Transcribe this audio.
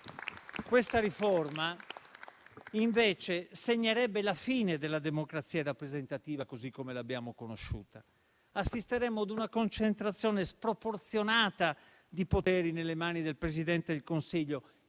Questa riforma, invece, segnerebbe la fine della democrazia rappresentativa così come l'abbiamo conosciuta. Assisteremmo a una concentrazione sproporzionata di poteri nelle mani del Presidente del Consiglio,